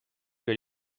que